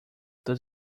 does